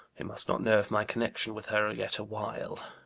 he must not know of my connection with her yet awhile.